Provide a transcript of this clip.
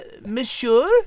Monsieur